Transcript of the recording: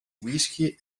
whisky